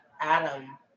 Adam